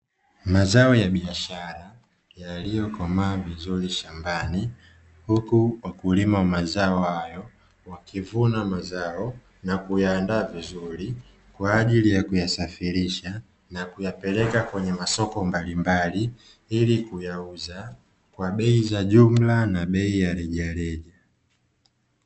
Mazao ya biashara yaliyokomaa vizuri shambani, huku wakulima wa mazao hayo wakivuna mazao na kuyaandaa vizuri, kwa ajili ya kuyasafirisha na kuyapeleka kwenye masoko mbalimbali, ili kuyauza kwa bei za jumla na bei ya rejareja.